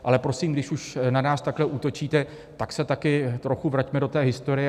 Ale prosím, když už na nás takhle útočíte, tak se taky trochu vraťme do historie.